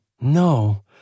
No